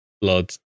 Blood